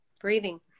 breathing